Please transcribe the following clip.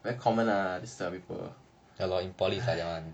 very common lah this kind of people